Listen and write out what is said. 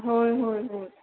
होय होय होय